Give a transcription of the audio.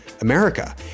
America